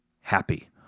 happy